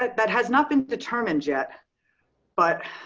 that but has not been determined yet but